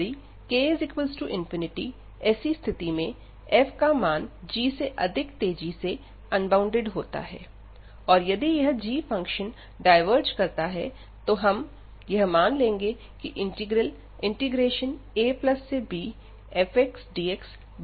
यदि k∞ ऐसी स्थिति में f का मान g अधिक तेजी से अनबॉउंडेड होता है और यदि यह g फंक्शन डायवर्ज करता है तो हम यह मान लेंगे कि इंटीग्रल abfxdxभी डायवर्ज करता है